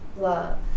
love